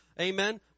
Amen